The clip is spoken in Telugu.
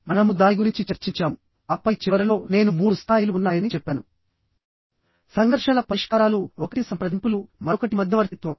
మనము దాని గురించి చర్చించాము ఆపై చివరలో నేను మూడు స్థాయిలు ఉన్నాయని చెప్పానుసంఘర్షణల పరిష్కారాలు ఒకటి సంప్రదింపులు మరొకటి మధ్యవర్తిత్వం